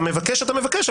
אתה מבקש אתה מבקש,